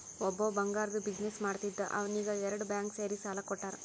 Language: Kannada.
ಒಬ್ಬವ್ ಬಂಗಾರ್ದು ಬಿಸಿನ್ನೆಸ್ ಮಾಡ್ತಿದ್ದ ಅವ್ನಿಗ ಎರಡು ಬ್ಯಾಂಕ್ ಸೇರಿ ಸಾಲಾ ಕೊಟ್ಟಾರ್